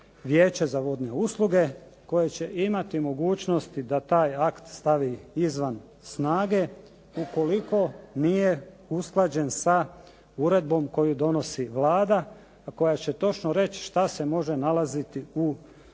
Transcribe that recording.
Vijeće za vodne usluge koje će imati mogućnosti da taj akt stavi izvan snage, ukoliko nije usklađen sa uredbom koji donosi Vlada, a koja će točno reći šta se može nalaziti u strukturi